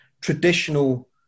traditional